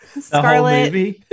scarlet